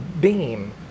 beam